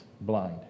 blind